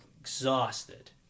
exhausted